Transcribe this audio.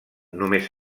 només